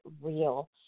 Real